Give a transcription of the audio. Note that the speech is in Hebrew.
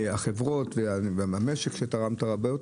החברות והמשק שתרמת רבות.